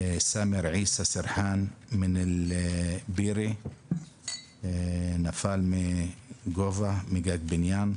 סאמר עיסא סרחאן מאל-בירה, נפל מגובה מגג בניין,